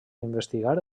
investigar